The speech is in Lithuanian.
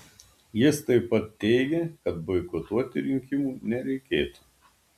jis taip pat teigė kad boikotuoti rinkimų nereikėtų